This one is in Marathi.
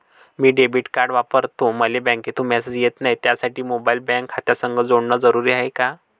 मी डेबिट कार्ड वापरतो मले बँकेतून मॅसेज येत नाही, त्यासाठी मोबाईल बँक खात्यासंग जोडनं जरुरी हाय का?